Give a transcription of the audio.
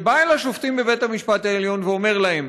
שבא אל השופטים בבית-המשפט העליון ואומר להם